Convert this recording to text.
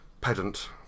Pedant